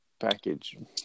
package